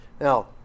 Now